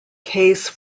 case